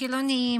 חילונים,